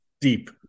Deep